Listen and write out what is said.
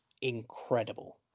incredible